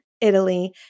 Italy